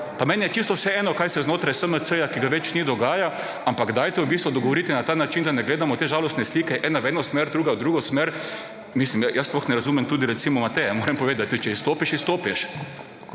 Meni je čisto vseeno kaj se znotraj SMC, ki ga več ni dogaja, ampak dajte v bistvu dogovoriti na ta način, da ne gledamo te žalostne slike ena v eno smer druga v drugo smer. Mislim jaz sploh ne razumem, tudi recimo Mateja, moram povedati, če izstopiš izstopiš.